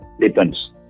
Depends